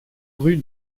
rue